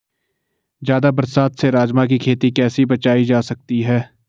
ज़्यादा बरसात से राजमा की खेती कैसी बचायी जा सकती है?